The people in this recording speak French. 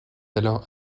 alors